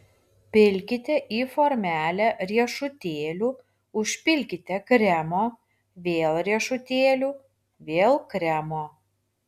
pilkite į formelę riešutėlių užpilkite kremo vėl riešutėlių vėl kremo